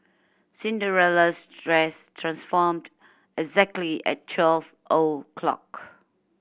Cinderella's dress transformed exactly at twelve o'clock